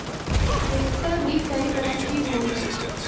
tractor भी कई तरह के होलन